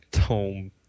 home